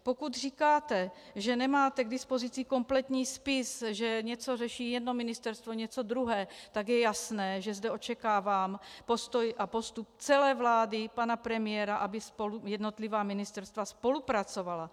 Pokud říkáte, že nemáte k dispozici kompletní spis, že něco řeší jedno ministerstvo, něco druhé, tak je jasné, že zde očekávám postoj a postup celé vlády, pana premiéra, aby spolu jednotlivá ministerstva spolupracovala!